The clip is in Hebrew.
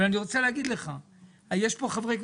אני 34